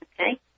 Okay